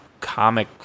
comic